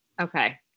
Okay